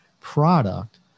product